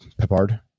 Peppard